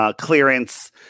clearance